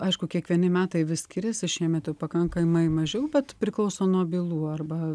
aišku kiekvieni metai vis skiriasi šiemet jau pakankamai mažiau bet priklauso nuo bylų arba